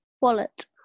wallet